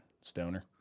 stoner